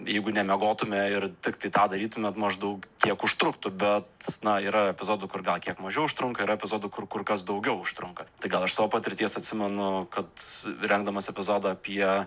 jeigu nemiegotume ir tiktai tą darytume maždaug tiek užtruktų bet na yra epizodų kur gal kiek mažiau užtrunka yra epizodų kur kur kas daugiau užtrunka tai gal iš savo patirties atsimenu kad rengdamas epizodą apie